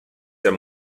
der